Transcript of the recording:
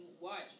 watch